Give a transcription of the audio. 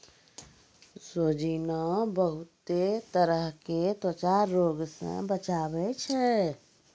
सोजीना बहुते तरह के त्वचा रोग से बचावै छै